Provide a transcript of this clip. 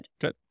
Good